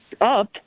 up